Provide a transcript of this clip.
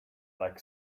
like